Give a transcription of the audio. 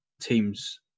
teams